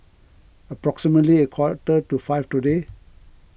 approximately a quarter to five today